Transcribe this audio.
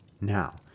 Now